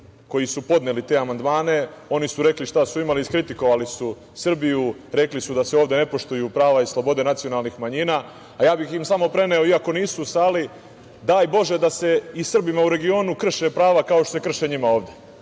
koji su podneli te amandmane. Oni su rekli šta su imali, iskritikovali su Srbiju, rekli su ovde ne poštuju prava i slobode nacionalnih manjina. Preneo bih im samo, iako nisu u sali, daj Bože da se i Srbima u regionu krše prava kao što se krše njima ovde.